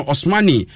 Osmani